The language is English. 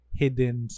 hidden